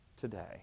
today